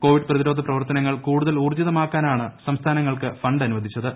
Covid പ്രതിരോധ പ്രവർത്തനങ്ങൾ കൂടുതൽ ഊർജിതമാക്കാനാണ് സംസ്ഥാനങ്ങൾക്ക് ഫണ്ട് അനുവദിച്ചത്